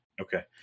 Okay